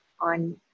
on